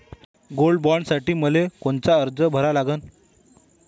Gold बॉण्डसाठी मले कोनचा अर्ज भरा लागन?